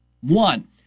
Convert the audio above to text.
One